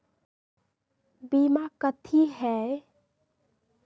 बीमा कथी है?